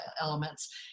elements